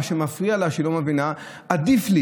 מה שמפריע לה הוא שהיא לא מבינה: עדיף לי